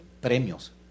premios